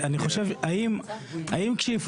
אני חושב האם כשיפורסם,